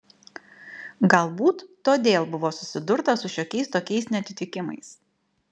galbūt todėl buvo susidurta su šiokiais tokiais neatitikimais